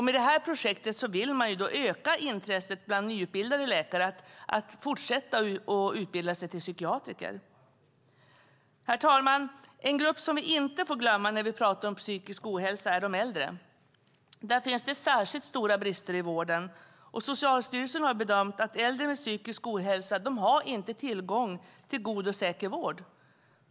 Med detta projekt vill man öka intresset hos nyutbildade läkare för att vidareutbilda sig till psykiatriker. Herr talman! En grupp som vi inte får glömma när vi pratar om psykisk ohälsa är de äldre. Där finns det särskilt stora brister i vården. Socialstyrelsen har bedömt att äldre med psykisk ohälsa inte har tillgång till god och säker vård.